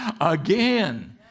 Again